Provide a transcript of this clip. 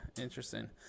Interesting